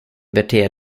beter